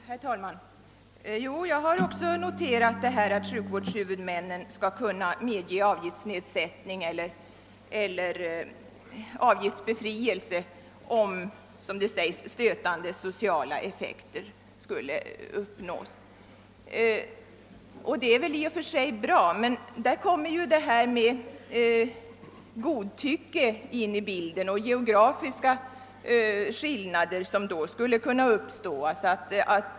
Herr talman! Jag har också noterat att sjukvårdshuvudmännen skall kunna medge avgiftsnedsättning eller avgiftsbefrielse om, som det sägs, stötande sociala effekter skulle uppstå. Det är i och för sig bra men där kommer godtycke och geografiska skillnader in i bilden.